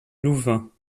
louvain